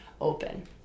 open